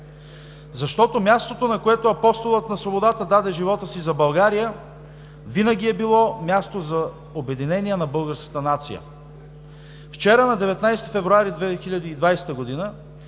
Защото мястото, на което Апостолът на свободата даде живота си за България, винаги е било място за обединение на българската нация. Вчера на 19 февруари 2020 г.